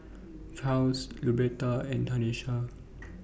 Charls Luberta and Tanesha